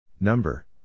Number